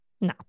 No